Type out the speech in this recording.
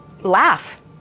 laugh